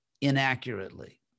inaccurately